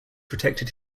protected